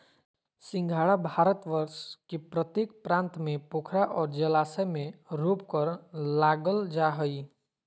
सिंघाड़ा भारतवर्ष के प्रत्येक प्रांत में पोखरा और जलाशय में रोपकर लागल जा हइ